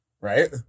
Right